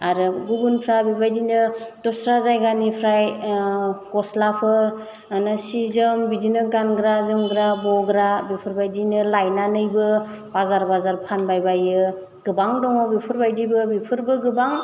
आरो गुबुनफ्रा बेबायदिनो दस्रा जायगानिफ्राय गस्लाफोर मानि सि जोम बिदिनो गानग्रा जोमग्रा बग्रा बेफोरबायदिनो लायनानैबो बाजार बाजार फानबाय बायो गोबां दङ बेफोर बायदिबो बेफोरबो गोबां